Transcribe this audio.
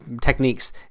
techniques